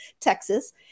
Texas